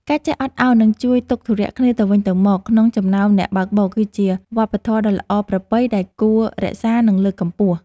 ការចេះអត់ឱននិងជួយទុក្ខធុរៈគ្នាទៅវិញទៅមកក្នុងចំណោមអ្នកបើកបរគឺជាវប្បធម៌ដ៏ល្អប្រពៃដែលគួររក្សានិងលើកកម្ពស់។